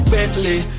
Bentley